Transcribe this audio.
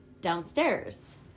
downstairs